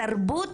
התרבות